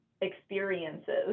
experiences